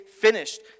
finished